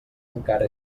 encara